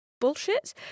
bullshit